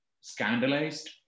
scandalized